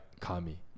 Kami